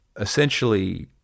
essentially